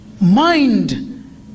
mind